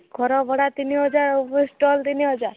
ଘର ଭଡ଼ା ତିନି ହଜାର ପୁଣି ଷ୍ଟଲ ତିନି ହଜାର